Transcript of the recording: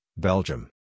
Belgium